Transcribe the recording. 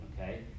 okay